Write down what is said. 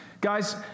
guys